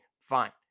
fine